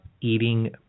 eating